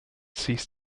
cease